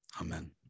Amen